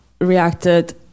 reacted